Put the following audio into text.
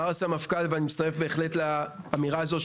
אמר הסמפכ״ל ואני בהחלט מצטרף לאמירה הזאת,